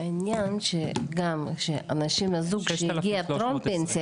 העניין הוא שגם זוגות שמגיעים טרום פנסיה,